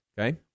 Okay